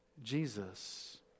Jesus